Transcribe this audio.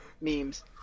memes